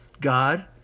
God